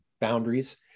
boundaries